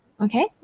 Okay